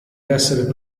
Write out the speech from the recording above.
essere